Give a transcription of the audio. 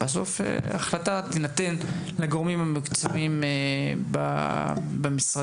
ההחלטה תינתן לגורמים המקצועיים במשרדים.